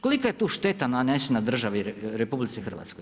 Kolika je tu šteta nanesena državi RH?